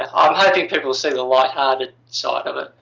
and ah i'm hoping people will see the light-hearted side of it.